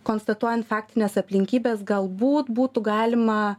konstatuojant faktines aplinkybes galbūt būtų galima